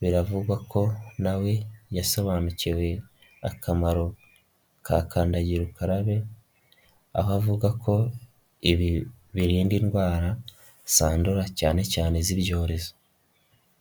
biravugwa ko na we yasobanukiwe akamaro ka kandagira ukararabe, aho avuga ko ibi birinda indwara, zandura cyane cyane iz'ibyorezo.